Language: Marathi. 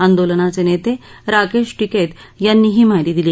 आंदोलनाचे नेते राकेश टिकैत यांनी ही माहिती दिली